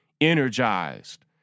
energized